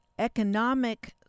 economic